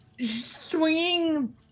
swinging